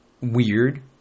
weird